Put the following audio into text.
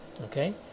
okay